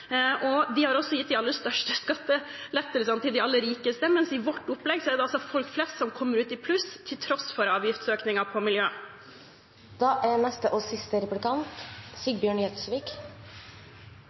klimavennlig. De har også gitt de aller største skattelettelsene til de aller rikeste, mens det i vårt opplegg er folk flest som kommer ut i pluss – til tross for avgiftsøkningene på miljø. Senterpartiet og